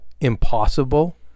impossible